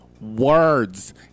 words